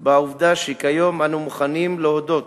בעובדה שכיום אנו מוכנים להודות